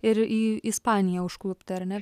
ir į ispaniją užklupti ar ne